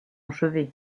chevet